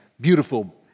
beautiful